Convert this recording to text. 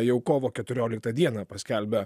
jau kovo keturioliktą dieną paskelbia